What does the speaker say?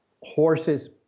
Horses